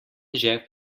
žep